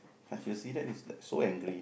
can't you see that he's so angry